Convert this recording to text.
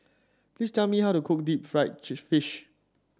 please tell me how to cook Deep Fried Fish